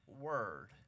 word